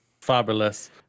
fabulous